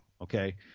okay